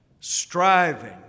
Striving